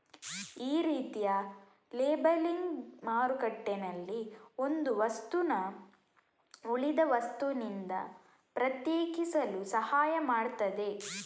ಈ ರೀತಿಯ ಲೇಬಲಿಂಗ್ ಮಾರುಕಟ್ಟೆನಲ್ಲಿ ಒಂದು ವಸ್ತುನ ಉಳಿದ ವಸ್ತುನಿಂದ ಪ್ರತ್ಯೇಕಿಸಲು ಸಹಾಯ ಮಾಡ್ತದೆ